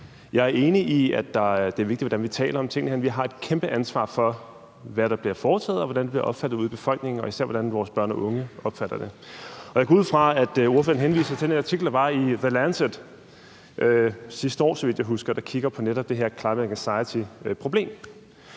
Jeg er enig i, at det er vigtigt, hvordan vi taler om tingene herinde. Vi har et kæmpe ansvar for, hvad der bliver foretaget, og hvordan det bliver opfattet ude i befolkningen, og især hvordan vores børn og unge opfatter det. Jeg går ud fra, at ordføreren henviser til den artikel, der var i The Lancet sidste år, så vidt jeg husker, og hvor der bliver kigget på netop det her climate anxiety-problem.